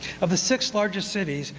of the six largest cities,